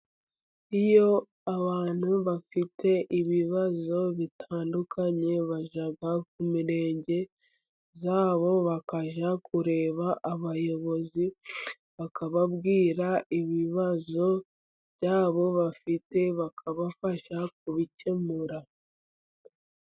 Iyo abantu bafite ibibazo bitandukanye, bajya ku mirenge yabo, bakajya kureba abayobozi, bakababwira ibibazo byabo bafite, bakabafasha kubikemura.